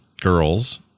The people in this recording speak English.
girls